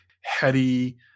heady